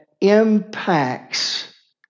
impacts